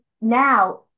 now